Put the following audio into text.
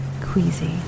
queasy